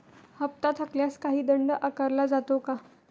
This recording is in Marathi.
हप्ता थकल्यास काही दंड आकारला जातो का?